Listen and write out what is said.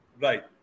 Right